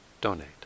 donate